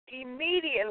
immediately